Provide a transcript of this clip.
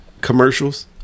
commercials